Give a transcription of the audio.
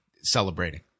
celebrating